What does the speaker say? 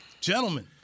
Gentlemen